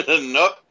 Nope